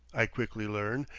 i quickly learn,